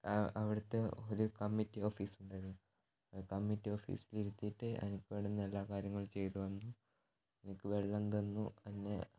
അവിടുത്തെ ഒരു committee office ഉണ്ടായിരുന്നു ആ കമ്മറ്റി ഓഫീസിൽ ഇരുത്തീട്ട് എനിക്ക് വേണ്ടുന്ന എല്ലാ കാര്യങ്ങളും ചെയ്തു തന്നു എനിക്ക് വെള്ളം തന്നു പിന്നെ